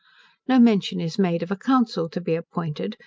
no mention is made of a council to be appointed,